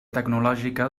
tecnològica